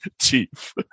Chief